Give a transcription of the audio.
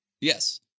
Yes